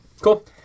Cool